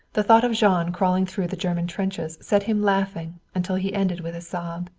the thought of jean crawling through the german trenches set him laughing until he ended with a sob.